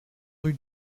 rue